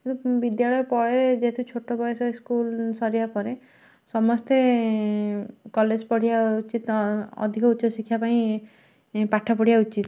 ବିଦ୍ୟାଳୟ ପରେ ଯେହେତୁ ଛୋଟ ବୟସ ସ୍କୁଲ ସରିବା ପରେ ସମସ୍ତେ କଲେଜ ପଢ଼ିବା ଉଚିତ୍ ଅଧିକ ଉଚ୍ଚ ଶିକ୍ଷା ପାଇଁ ପାଠ ପଢ଼ିବା ଉଚିତ୍